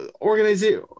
organization